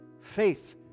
faith